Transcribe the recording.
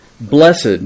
Blessed